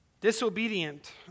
disobedient